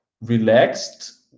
relaxed